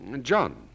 John